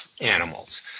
animals